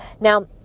Now